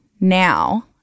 now